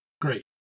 great